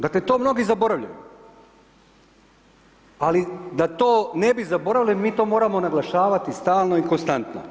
Dakle, to mnogi zaboravljaju, ali da to ne bi zaboravili, mi to moramo naglašavati stalno i konstantno.